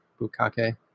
bukake